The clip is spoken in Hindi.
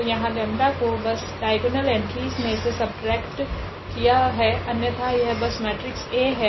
तो यहाँ 𝜆 को बस डाइगोनल एंट्रीस मे से सबट्रेक्टड किया है अन्यथा यह बस मेट्रिक्स A है